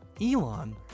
Elon